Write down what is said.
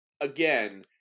again